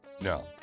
No